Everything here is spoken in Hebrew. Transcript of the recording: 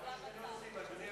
זה המצב.